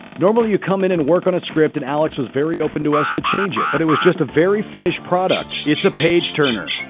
normally you come in and work on a script and alex was very open to us to change it, but it was just a very finished product. it's a page-turner.